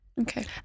Okay